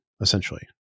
Essentially